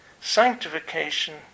sanctification